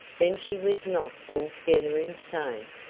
then she was not altogether insane,